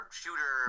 shooter